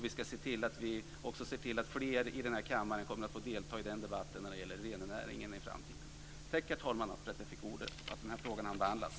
Vi ska också se till att fler i kammaren får delta i debatten om rennäringen i framtiden. Tack, herr talman, för att jag fick ordet och för att frågan hann behandlas!